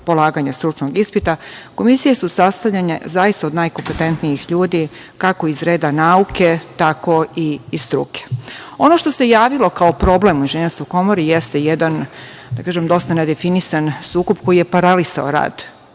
polaganja stručnog ispita. Komisije su sastavljene zaista od najkompetentnijih ljudi, kako iz reda nauke, tako i iz struke. Ono što se javilo kao problem u Inženjerskoj komori jeste jedan, da kažem dosta nedefinisan sukob koji je paralisao rad